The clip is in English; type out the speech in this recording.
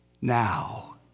now